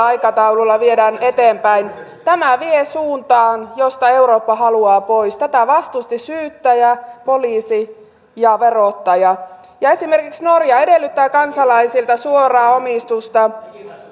aikataululla viedään eteenpäin tämä vie suuntaan josta eurooppa haluaa pois tätä vastustivat syyttäjä poliisi ja verottaja esimerkiksi norja edellyttää kansalaisilta suoraa omistusta